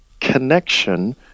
connection